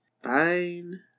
Fine